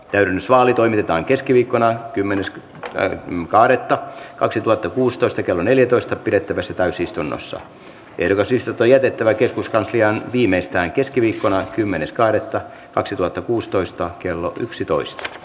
köyhyys vaali toimitetaan keskiviikkona kymmenes kahdetta kaksituhattakuusitoista kello neljätoista pidettävässä täysistunnossa ehdokaslistat on jätettävä keskuskansliaan viimeistään keskiviikkona kymmenes kahdetta yksi toto kuusitoista kello yksitoista